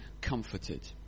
comforted